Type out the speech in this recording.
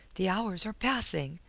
the hours are passing!